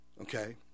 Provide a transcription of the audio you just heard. Okay